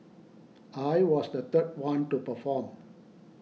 I was the third one to perform